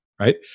Right